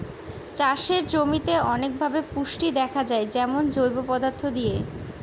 চাষের জমিতে অনেকভাবে পুষ্টি দেয়া যায় যেমন জৈব পদার্থ দিয়ে